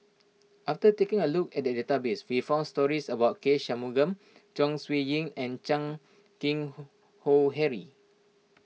after taking a look at the database we found stories about K Shanmugam Chong Siew Ying and Chan Keng Howe Harry